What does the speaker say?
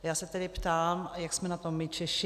Já se tedy ptám, jak jsme na tom my Češi.